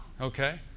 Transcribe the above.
Okay